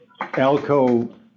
ALCO